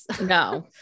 no